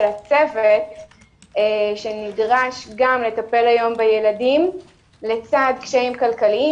הצוות שנדרש גם לטפל היום בילדים לצד קשיים כלכליים